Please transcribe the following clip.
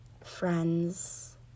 friends